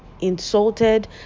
insulted